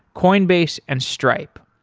coinbase and stripe.